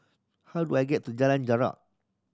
how do I get to Jalan Jarak